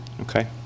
okay